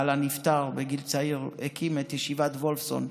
בעלה נפטר בגיל צעיר, הקים את ישיבת וולפסון,